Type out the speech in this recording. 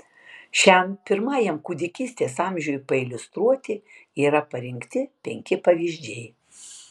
šiam pirmajam kūdikystės amžiui pailiustruoti yra parinkti penki pavyzdžiai